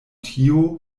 tio